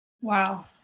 Wow